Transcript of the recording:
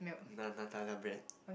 na Nutella bread